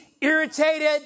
irritated